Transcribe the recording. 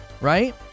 right